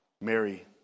Mary